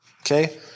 Okay